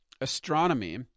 astronomy